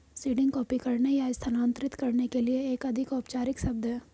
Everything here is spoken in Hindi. सीडिंग कॉपी करने या स्थानांतरित करने के लिए एक अधिक औपचारिक शब्द है